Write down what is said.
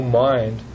mind